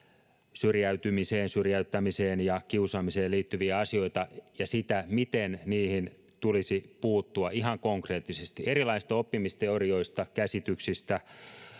syrjäytymiseen syrjäyttämiseen ja kiusaamiseen liittyviä asioita ja sitä miten niihin tulisi puuttua ihan konkreettisesti erilaisista oppimisteorioista käsityksistä